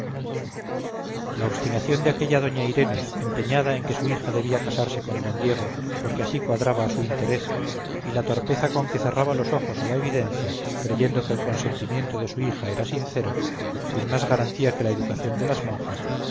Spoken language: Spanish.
la obstinación de aquella doña irene empeñada en que su hija debía casarse con don diego porque así cuadraba a su interés y la torpeza con que cerraba los ojos a la evidencia creyendo que el consentimiento de su hija era sincero sin más garantía que la educación de las monjas